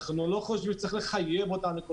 אנחנו לא חושבים שצריך לחייב אותנו.